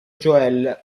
joel